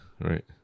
right